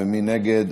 ומי נגד?